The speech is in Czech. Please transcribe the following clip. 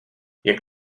jak